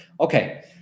Okay